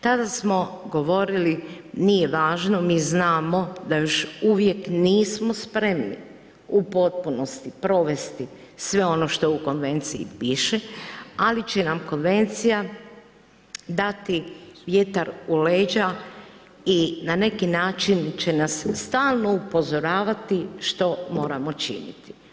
Tada smo govorili, nije važno, mi znamo da još uvijek nismo spremni u potpunosti provesti sve ono što u Konvenciji piše, ali će nam Konvencija dati vjetar u leđa i na neki način će nas stalno upozoravati što moramo činiti.